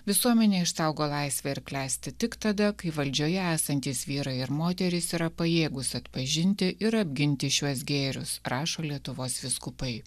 visuomenė išsaugo laisvę ir klesti tik tada kai valdžioje esantys vyrai ir moterys yra pajėgūs atpažinti ir apginti šiuos gėrius rašo lietuvos vyskupai